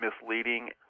misleading